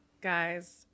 guys